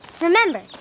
Remember